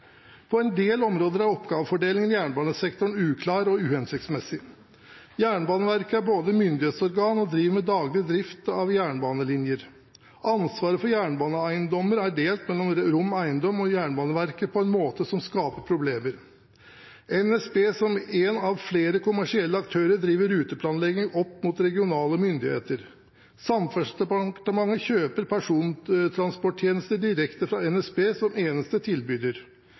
På en del områder er oppgavefordelingen i jernbanesektoren uklar og uhensiktsmessig. Jernbaneverket er både myndighetsorgan og driver med daglig drift av jernbanelinjer. Ansvaret for jernbaneeiendommer er delt mellom Rom Eiendom og Jernbaneverket på en måte som skaper problemer. NSB, som én av flere kommersielle aktører, driver ruteplanlegging opp mot regionale myndigheter. Samferdselsdepartementet kjøper persontransporttjenester direkte fra NSB som eneste tilbyder.